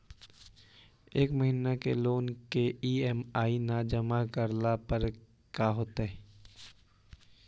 एक महिना लोन के ई.एम.आई न जमा करला पर का होतइ?